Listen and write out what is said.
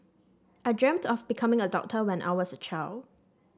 I dreamt of becoming a doctor when I was a child